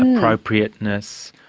appropriateness,